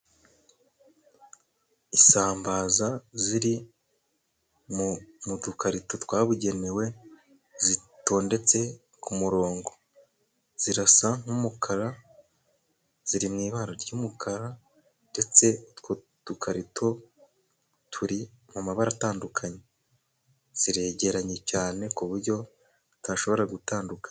Isambaza ziri mu dukarito twabugenewe zitondetse ku murongo, zirasa nk'umukara ziri mw'ibara ry'umukara, ndetse utwo dukarito turi mu mabara atandukanye, ziregeranye cyane ku buryo zitashobora gutandukana.